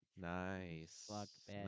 Nice